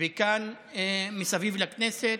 וכאן מסביב לכנסת,